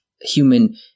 human